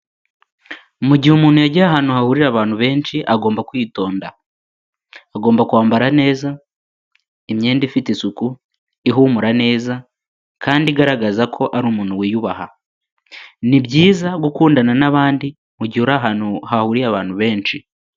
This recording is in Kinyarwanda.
Mu gihe umuntu yagiye ahantu hahurira abantu benshi agomba kwitonda, agomba kwambara neza imyenda ifite isuku, ihumura neza kandi igaragaza ko ari umuntu wiyubaha, ni byiza gukundana n'abandi mu uri ahantu hahuriye abantu benshi.